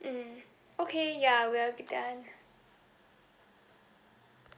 mm okay ya we are done